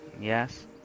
Yes